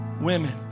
women